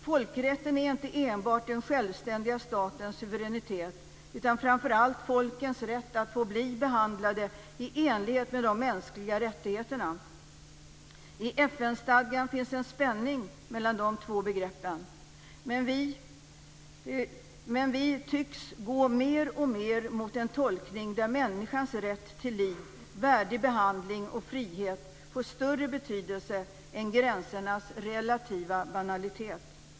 Folkrätten är inte enbart den självständiga statens suveränitet utan framför allt folkens rätt att få bli behandlade i enlighet med de mänskliga rättigheterna. I FN-stadgan finns en spänning mellan dessa två begrepp, men vi tycks mer och mer gå mot en tolkning där människans rätt till liv, värdig behandling och frihet får större betydelse än gränsernas relativa banalitet.